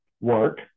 work